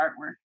artwork